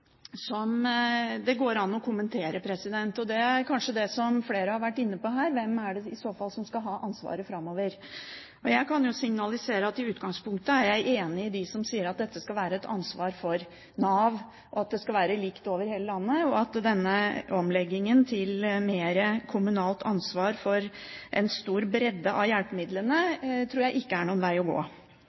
kanskje det som flere har vært inne på her: Hvem er det i så fall som skal ha ansvaret framover? Jeg kan signalisere at i utgangspunktet er jeg enig med dem som sier at dette skal være et ansvar for Nav, og at det skal være likt over hele landet. Denne omleggingen til mer kommunalt ansvar for en stor bredde av hjelpemidlene tror jeg ikke er noen vei å gå.